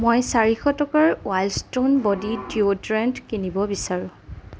মই চাৰিশ টকাৰ ৱাইল্ড ষ্টোন বডি ডিঅ'ড্ৰেণ্ট কিনিব বিচাৰোঁ